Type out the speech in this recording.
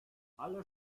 alle